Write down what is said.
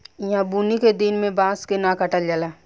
ईहा बुनी के दिन में बांस के न काटल जाला